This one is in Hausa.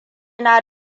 na